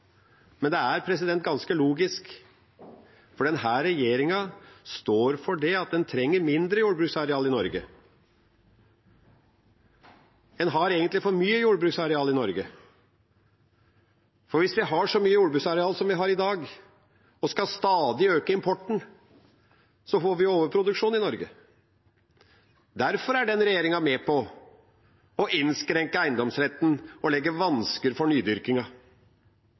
er ganske logisk, for det denne regjeringa står for, er at en trenger mindre jordbruksarealer i Norge – en har egentlig for mye jordbruksareal i Norge. For hvis vi har så mye jordbruksareal som vi har i dag og stadig skal øke importen, får vi overproduksjon i Norge. Derfor er denne regjeringa med på å innskrenke eiendomsretten og legge vansker for